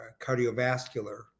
cardiovascular